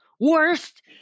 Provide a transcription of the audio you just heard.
worst